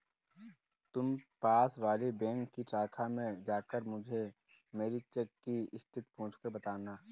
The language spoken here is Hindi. तुम पास वाली बैंक की शाखा में जाकर मुझे मेरी चेक की स्थिति पूछकर बताना